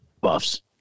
buffs